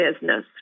business